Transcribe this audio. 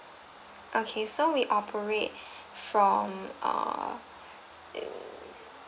okay so we operate from err err